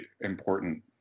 important